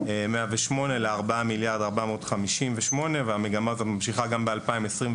מ-4.108 מיליארד ל-4.458 והמגמה הזו ממשיכה גם ב-2024.